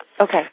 Okay